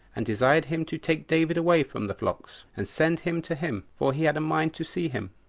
and desired him to take david away from the flocks, and send him to him, for he had a mind to see him,